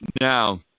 Now